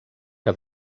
que